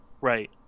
right